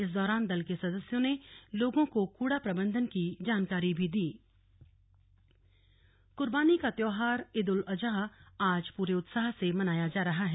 इस दौरान दल के सदस्यों ने लोगों को कूड़ा प्रबंधन की जानकारी भी दी स्लग ईद उल अजहा कुर्बानी का त्योहार ईद उल अजहा आज पूरे उत्साह से मनाया जा रहा है